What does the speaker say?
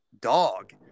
dog